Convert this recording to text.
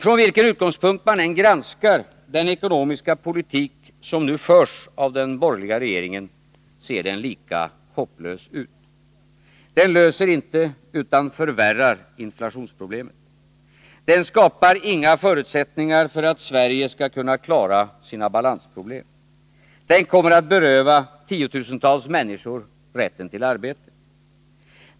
Från vilken utgångspunkt man än granskar den ekonomiska politik som nu förs av den borgerliga regeringen, ser den lika hopplös ut. Den löser inte utan förvärrar inflationsproblemet. Den skapar inga förutsättningar för att Sverige skall kunna klara sina balansproblem. Den kommer att beröva tiotusentals människor rätten till arbete.